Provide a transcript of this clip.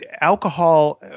alcohol